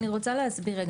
אני רוצה להסביר.